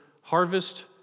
harvest